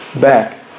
Back